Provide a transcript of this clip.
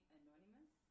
anonymous